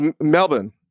Melbourne